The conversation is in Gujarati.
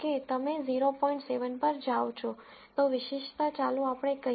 7 પર જાઓ છો તો વિશેષતા ચાલો આપણે કહીએ કે આ 0